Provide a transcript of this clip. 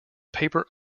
paper